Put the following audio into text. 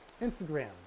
instagram